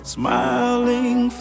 smiling